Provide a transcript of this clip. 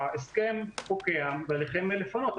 ההסכם פוקע ועליכם לפנות.